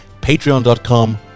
Patreon.com